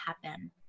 happen